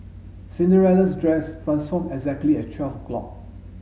Cinderella's dress transformed exactly at twelve o'clock